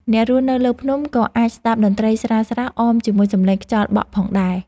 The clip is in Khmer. អ្នករស់នៅលើភ្នំក៏អាចស្ដាប់តន្ត្រីស្រាលៗអមជាមួយសំឡេងខ្យល់បក់ផងដែរ។